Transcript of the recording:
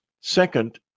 second